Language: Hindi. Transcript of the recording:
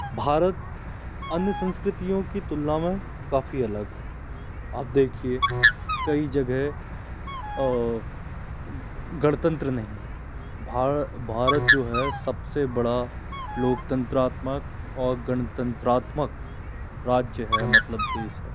भारत अन्य संस्कृतियों की तुलना में काफ़ी अलग है अब देखिए कि कई जगह गणतंत्र नहीं है भारत जो है सब से बड़ा लोकतंत्रात्मक और गणतंत्रत्मक राज्य है मतलब देश है